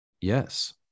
yes